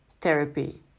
therapy